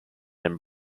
and